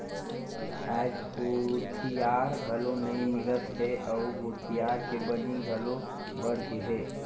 आयज भूथिहार घलो नइ मिलत हे अउ भूथिहार के बनी घलो बड़ गेहे